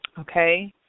Okay